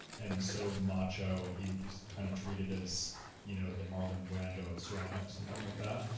and so macho, and he was kind of treated as you know the marlon brando of ceramics, like that,